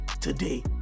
today